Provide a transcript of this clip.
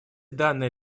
данной